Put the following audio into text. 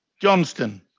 Johnston